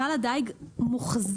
שלל הדיג מוחזק